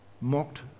mocked